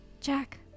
Jack